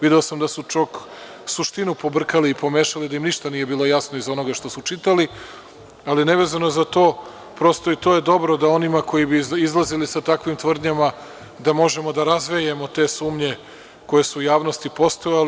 Video sam da su čak i suštinu pobrkali i pomešali, da im ništa nije bilo jasno iz onoga što su čitali, ali nevezano za to, dobro je da onima, koji bi izlazili sa takvim tvrdnjama, možemo da razvejemo te sumnje koje su u javnosti postojale.